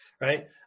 Right